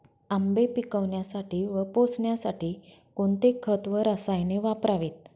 आंबे पिकवण्यासाठी व पोसण्यासाठी कोणते खत व रसायने वापरावीत?